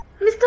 Mr